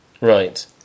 Right